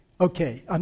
Okay